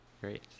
great